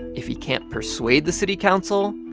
if he can't persuade the city council,